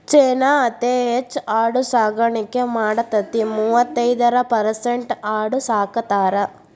ಚೇನಾ ಅತೇ ಹೆಚ್ ಆಡು ಸಾಕಾಣಿಕೆ ಮಾಡತತಿ, ಮೂವತ್ತೈರ ಪರಸೆಂಟ್ ಆಡು ಸಾಕತಾರ